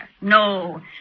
No